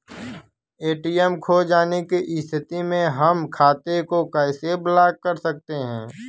ATM खो जाने की स्थिति में हम खाते को कैसे ब्लॉक कर सकते हैं?